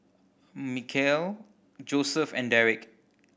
Michaele Joseph and Darrick